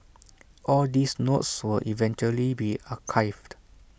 all these notes will eventually be archived